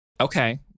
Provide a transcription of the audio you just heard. Okay